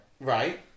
Right